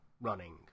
running